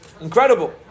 Incredible